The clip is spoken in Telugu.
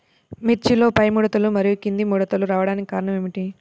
మిర్చిలో పైముడతలు మరియు క్రింది ముడతలు రావడానికి కారణం ఏమిటి?